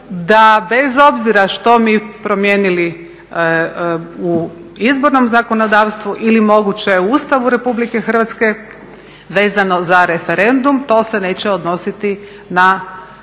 da bez obzira što mi promijenili u izbornom zakonodavstvu ili moguće u Ustavu RH vezano za referendum to se neće odnositi na